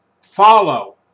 follow